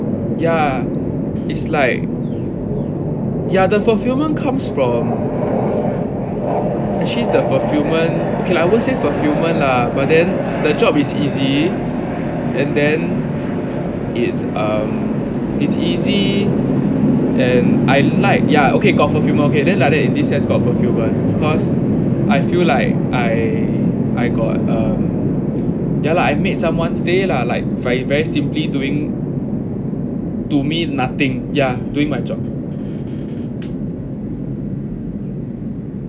ya it's like ya the fulfillment comes from actually the fulfillment okay lah I won't say fulfillment lah but then the job is easy and then it's um it's easy and I like ya okay got fufillment okay then like that in this sense got fulfillment cause I feel like I I got um ya lah I made someone's day lah like by very simply doing to me nothing yeah doing my job